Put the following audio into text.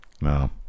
No